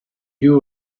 you